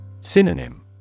Synonym